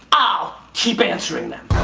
i'll keep answering them.